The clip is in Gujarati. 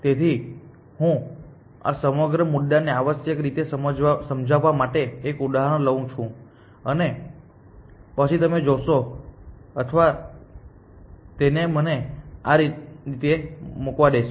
તેથી હું હું આ સમગ્ર મુદ્દાને આવશ્યકરીતે સમજાવવા માટે એક ઉદાહરણ લઉં છું અને પછી તમે જોશો અથવા તેને મને આ રીતે મૂકવા દેશો